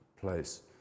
place